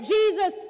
Jesus